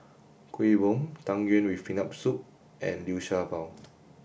Kuih Bom Tang Yuen with peanut soup and Liu Sha Bao